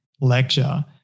lecture